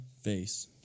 Face